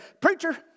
preacher